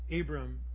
Abram